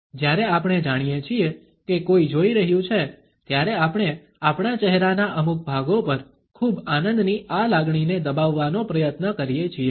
જ્યારે આપણે જાણીએ છીએ કે કોઈ જોઈ રહ્યું છે ત્યારે આપણે આપણા ચહેરાના અમુક ભાગો પર ખૂબ આનંદની આ લાગણીને દબાવવાનો પ્રયત્ન કરીએ છીએ